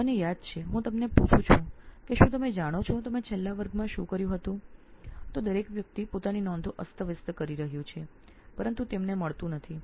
મને યાદ છે હું આપને પૂછું કે શું તમે જાણો છો આપે છેલ્લા વર્ગમાં શું કર્યું હતું તો દરેક વ્યક્તિ પોતાની નોંધો ઉથલાવે છે પરંતુ તેમને મળતું નથી